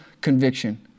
conviction